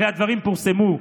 הרי הדברים פורסמו.